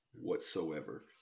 whatsoever